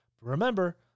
Remember